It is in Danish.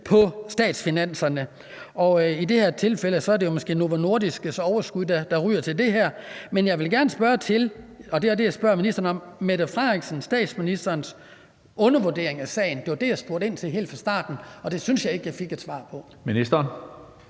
af statsfinanserne. Og i det her tilfælde er det måske Novo Nordisks overskud, der ryger til det. Men jeg vil gerne spørge til statsminister Mette Frederiksens undervurdering af sagen. Det var det, jeg spurgte ministeren ind til helt fra starten, og det synes jeg ikke jeg fik et svar på. Kl.